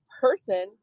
person